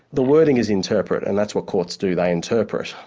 the wording is interpret, and that's what courts do, they interpret.